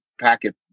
packet